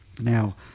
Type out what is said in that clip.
Now